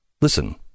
Listen